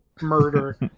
Murder